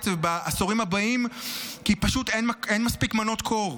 ובעשורים הבאים כי פשוט אין מספיק מנות קור.